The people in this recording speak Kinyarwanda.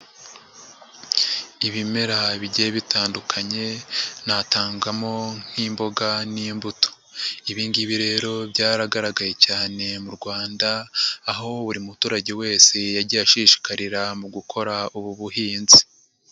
Ibimera bigiye bitandukanye, natangamo nk'imboga n'imbuto. Ibi ngibi rero byaragaragaye cyane mu Rwanda, aho buri muturage wese yagiye ashishikarira mu gukora ubu buhinzi.